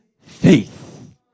faith